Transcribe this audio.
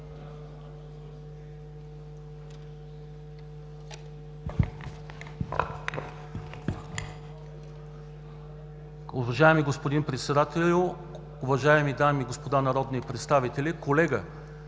Уважаеми господин Председател, уважаеми дами и господа народни представители! Искам